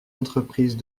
entreprises